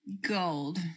gold